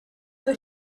but